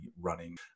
running